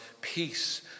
peace